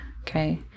Okay